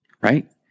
right